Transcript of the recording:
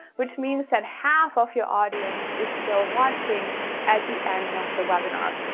which means that half of your audience is still watching at the end of the webinar.